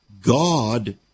God